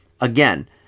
again